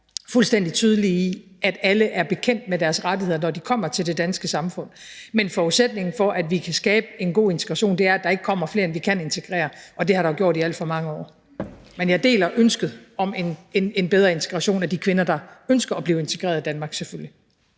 fuldstændig tydelige i, at alle er bekendt med deres rettigheder, når de kommer til det danske samfund. Men forudsætningen for, at vi kan skabe en god integration, er, at der ikke kommer flere, end vi kan integrere, og det har der jo gjort i alt for mange år. Men jeg deler selvfølgelig ønsket om en bedre integration af de kvinder, der ønsker at blive integreret i Danmark. Kl.